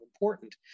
important